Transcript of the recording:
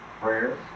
prayers